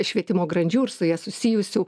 švietimo grandžių ir su ja susijusių